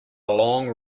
long